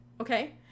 Okay